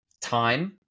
time